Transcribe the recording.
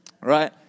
Right